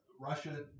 Russia